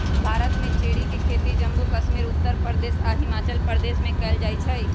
भारत में चेरी के खेती जम्मू कश्मीर उत्तर प्रदेश आ हिमाचल प्रदेश में कएल जाई छई